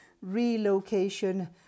relocation